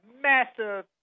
massive